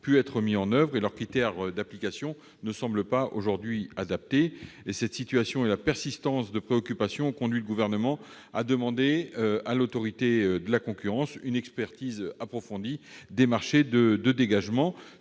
pu être mis en oeuvre et leurs critères d'application ne semblent pas adaptés. Du fait de cette situation et de la persistance des préoccupations, le Gouvernement a demandé à l'Autorité de la concurrence une expertise approfondie des marchés de dégagement.